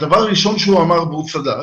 הדבר הראשון שהוא אמר, והוא צדק